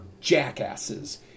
jackasses